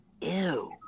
Ew